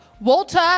walter